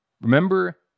Remember